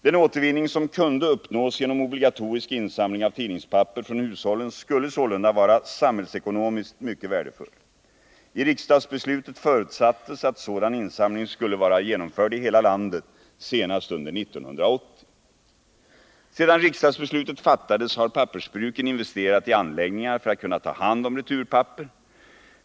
Den återvinning som kunde uppnås genom obligatorisk insamling av tidningspapper från hushållen skulle sålunda vara samhällsekonomiskt mycket värdefull. I riksdagsbeslutet förutsattes att sådan insamling skulle vara genomförd i hela landet senast under 1980. Sedan riksdagsbeslutet fattades har pappersbruken investerat i anläggningar för att kunna ta hand om returpapper.